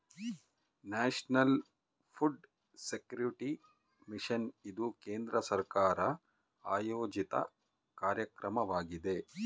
national food security mission ಇದು ಕೇಂದ್ರ ಸರ್ಕಾರ ಆಯೋಜಿತ ಕಾರ್ಯಕ್ರಮವಾಗಿದೆ